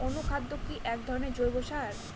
অনুখাদ্য কি এক ধরনের জৈব সার?